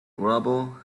gravel